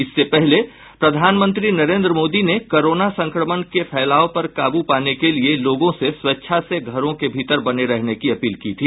इससे पहले प्रधानमंत्री नरेंद्र मोदी ने कोरोना संक्रमण के फैलाव पर काबू पाने के लिए लोगों से स्वेच्छा से घरों के भीतर बने रहने की अपील की थी